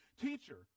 Teacher